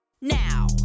now